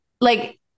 Like-